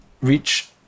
reach